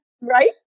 Right